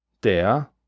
der